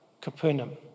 Capernaum